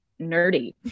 nerdy